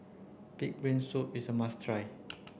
pig brain soup is a must try